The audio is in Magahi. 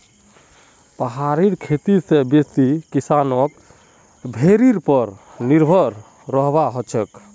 पहाड़ी खेती स बेसी किसानक भेड़ीर पर निर्भर रहबा हछेक